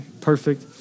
perfect